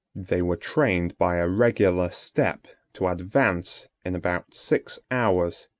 they were trained by a regular step to advance, in about six hours,